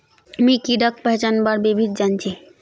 मी कीडाक पहचानवार विधिक जन छी